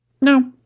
No